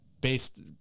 based